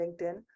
LinkedIn